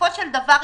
בסופו של דבר,